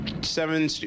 seven